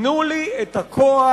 תנו לי את הכוח,